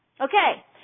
Okay